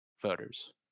voters